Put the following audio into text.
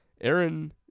Aaron